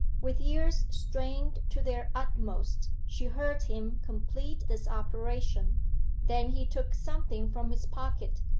with ears strained to their utmost she heard him complete this operation then he took something from his pocket,